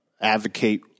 advocate